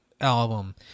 album